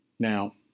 Now